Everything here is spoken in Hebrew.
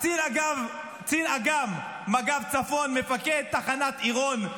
קצין אג"ם מג"ב צפון, מפקד תחנת עירון,